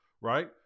right